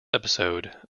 episode